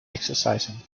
exercising